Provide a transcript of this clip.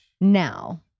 Now